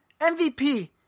MVP